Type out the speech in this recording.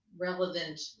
relevant